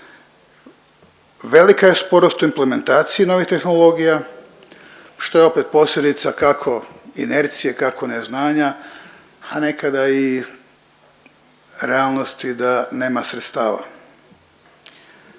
Velika je sporost u implementaciji novih tehnologija, što je opet posljedica, kako inercije, kako neznanja, a nekada i realnosti da nema sredstava.